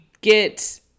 get